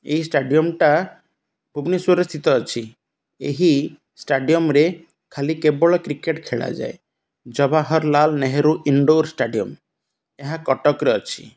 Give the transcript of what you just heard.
ଏହି ଷ୍ଟାଡିୟମ୍ଟା ଭୁବନେଶ୍ୱରରେ ଶୀତ ଅଛି ଏହି ଷ୍ଟାଡ଼ିୟମ୍ରେ ଖାଲି କେବଳ କ୍ରିକେଟ୍ ଖେଳାଯାଏ ଜବାହରଲାଲ୍ ନେହେରୁ ଇନ୍ଡ଼ୋର୍ ଷ୍ଟାଡ଼ିୟମ୍ ଏହା କଟକରେ ଅଛି